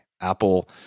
Apple